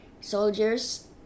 soldiers